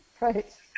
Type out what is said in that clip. Right